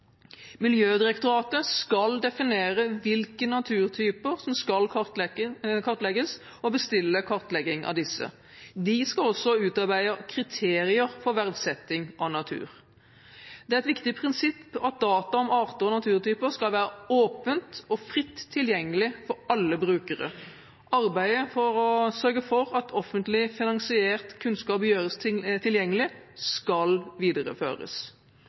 Miljødirektoratet skal definere hvilke naturtyper som skal kartlegges, og bestille kartlegging av disse. De skal også utarbeide kriterier for verdsetting av natur. Det er et viktig prinsipp at data om arter og naturtyper skal være åpent og fritt tilgjengelig for alle brukere. Arbeidet for å sørge for at offentlig finansiert kunnskap gjøres tilgjengelig, skal videreføres.